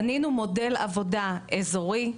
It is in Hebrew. בנינו מודל עבודה אזורי,